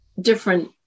different